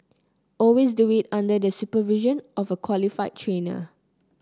always do it under the supervision of a qualified trainer